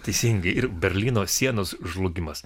teisingai ir berlyno sienos žlugimas